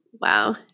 wow